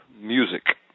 music